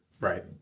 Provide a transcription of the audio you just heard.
right